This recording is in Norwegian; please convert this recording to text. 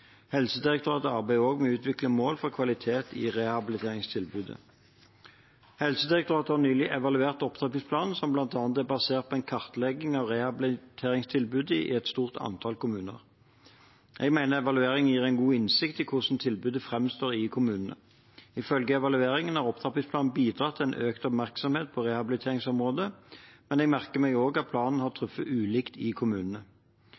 Helsedirektoratet arbeider også med å utvikle mål for kvalitet i rehabiliteringstilbudet. Helsedirektoratet har nylig evaluert opptrappingsplanen, som bl.a. er basert på en kartlegging av rehabiliteringstilbudet i et stort antall kommuner. Jeg mener evalueringen gir en god innsikt i hvordan tilbudet framstår i kommunene. Ifølge evalueringen har opptrappingsplanen bidratt til økt oppmerksomhet på rehabiliteringsområdet, men jeg merker meg også at planen har truffet ulikt i kommunene.